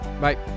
Bye